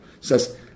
Says